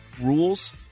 rules